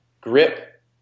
grip